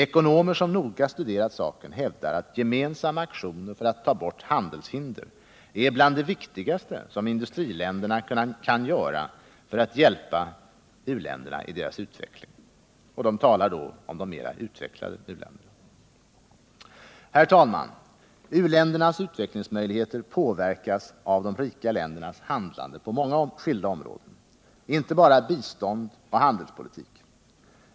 Ekonomer som noga studerat saken hävdar att gemensamma aktioner för att ta bort handelshinder är bland det viktigaste industriländerna kan göra för att hjälpa u-länderna i deras utveckling; de talar då om de mera utvecklade u-länderna. Herr talman! U-ländernas utvecklingsmöjligheter påverkas av de rika ländernas handlande på många skilda områden — inte bara bistånd och handelspolitik.